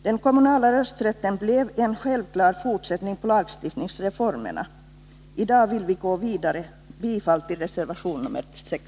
Den kommunala rösträtten blev en självklar fortsättning på lagstiftningsreformerna. I dag vill vi gå vidare. Jag yrkar bifall till reservation nr 6.